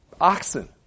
Oxen